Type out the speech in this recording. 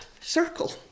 circle